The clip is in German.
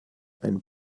ein